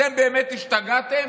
אתם באמת השתגעתם?